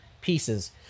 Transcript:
pieces